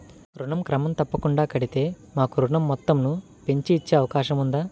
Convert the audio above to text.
ఋణం క్రమం తప్పకుండా కడితే మాకు ఋణం మొత్తంను పెంచి ఇచ్చే అవకాశం ఉందా?